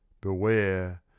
Beware